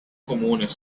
comunes